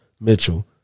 Mitchell